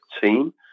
team